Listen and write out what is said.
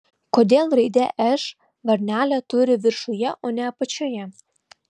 kodėl raidė š varnelę turi viršuje o ne apačioje